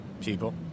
People